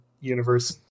universe